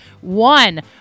one